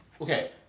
Okay